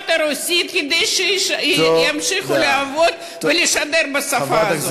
הרוסית כדי שימשיכו לעבוד ולשדר בשפה הזו.